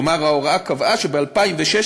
כלומר, ההוראה קבעה שב-2016